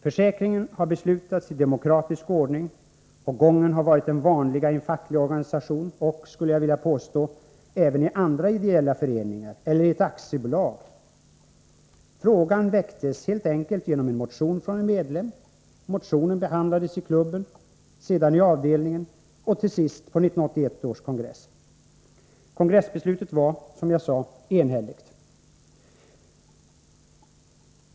Man har beslutat om försäkringen i demokratisk ordning, och gången har varit den som är vanlig i en facklig organisation och, skulle jag vilja påstå, även i andra ideella 143 föreningar och i aktiebolag. Frågan väcktes helt enkelt genom en motion från en medlem. Motionen behandlades i klubben, sedan i avdelningen och till sist på 1981 års kongress. Kongressbeslutet var, som jag sade, enhälligt.